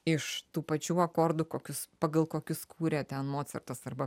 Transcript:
iš tų pačių akordų kokius pagal kokius kūrė ten mocartas arba